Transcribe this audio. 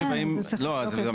זה.